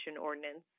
ordinance